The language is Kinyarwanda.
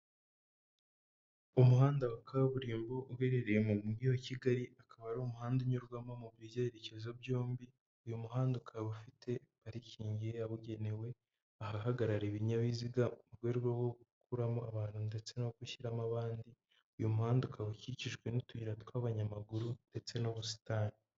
Umuhanda wa kaburimbo uherereye mu mujyi wa Kigali, akaba ari umuhanda unyurwamo mu byerekezo byombi, uyu muhanda ukaba ufite parikingi yabugenewe, ahagararira ibinyabiziga mu rwego rwo gukuramo abantu ndetse no gushyiramo abandi, uyu muhanda ukaba ukikijwe n'utuyira tw'abanyamaguru ndetse n'ubusitani.